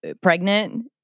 pregnant